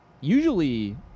usually